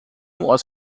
was